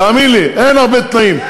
תאמין לי, אין הרבה תנאים.